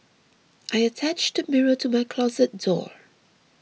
I attached a mirror to my closet door